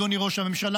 אדוני ראש הממשלה,